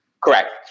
Correct